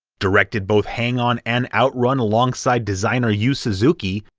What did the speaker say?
directed both hang on and outrun alongside designer yu suzuki,